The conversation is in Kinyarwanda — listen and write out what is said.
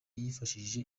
yifashishije